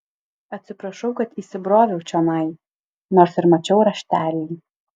atsiprašau kad įsibroviau čionai nors ir mačiau raštelį